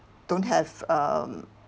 don't have um